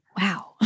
wow